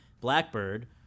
Blackbird